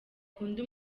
ukunda